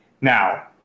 Now